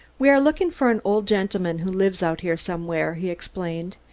we are looking for an old gentleman who lives out here somewhere, he explained.